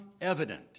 evident